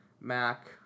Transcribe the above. Mac